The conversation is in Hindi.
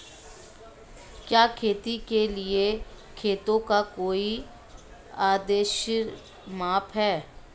क्या खेती के लिए खेतों का कोई आदर्श माप है?